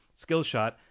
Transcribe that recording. skillshot